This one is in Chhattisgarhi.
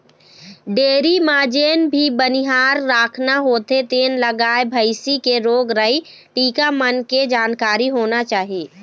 डेयरी म जेन भी बनिहार राखना होथे तेन ल गाय, भइसी के रोग राई, टीका मन के जानकारी होना चाही